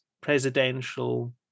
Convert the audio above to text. presidential